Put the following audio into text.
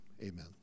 amen